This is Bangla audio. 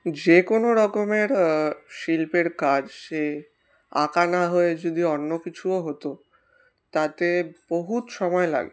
যে কোনো রকমের শিল্পের কাজ সে আঁকা না হয়ে যদি অন্য কিছুও হতো তাতে বহুত সময় লাগে